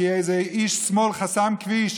כי איזה איש שמאל חסם כביש.